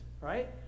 right